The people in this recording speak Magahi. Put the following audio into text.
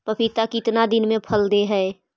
पपीता कितना दिन मे फल दे हय?